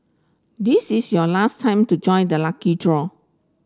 this is your last time to join the lucky draw